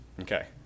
Okay